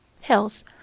Health